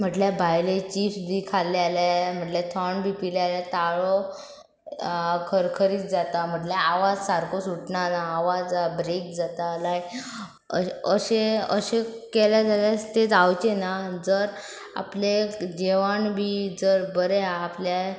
म्हटल्यार भायले चिप्स बी खाल्ले जाल्या म्हटल्यार थोंण बी पिलें जाल्यार ताळो खरखरीत जाता म्हटल्यार आवाज सारको सुटना ना आवाज ब्रेक जाता लायक अशें अशें केले जाल्यार तें जावचें ना जर आपलें जेवण बी जर बरें आहा आपल्या